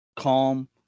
Calm